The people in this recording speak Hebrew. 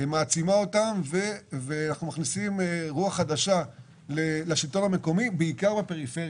מעצימה אותם ואנחנו מכניסים רוח חדשה לשלטון המקומי בעיקר בפריפריה.